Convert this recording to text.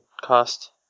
cost